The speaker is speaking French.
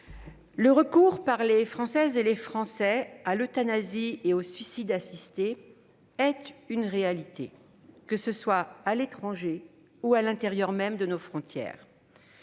le recours par des Français à l'euthanasie et au suicide assisté est une réalité, que ce soit à l'étranger ou à l'intérieur même de nos frontières.